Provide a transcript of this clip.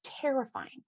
terrifying